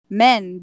men